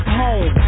home